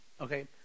Okay